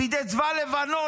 בידי צבא לבנון,